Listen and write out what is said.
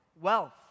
wealth